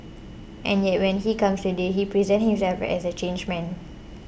and yet when he comes today he presents himself as a changed man